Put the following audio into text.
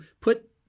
put